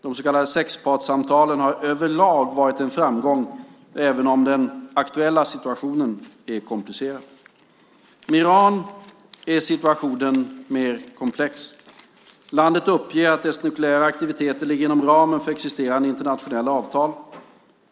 De så kallade sexpartssamtalen har överlag varit en framgång - även om den aktuella situationen är komplicerad. Med Iran är situationen mer komplex. Landet uppger att dess nukleära aktiviteter ligger inom ramen för existerande internationella avtal.